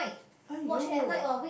!aiyo!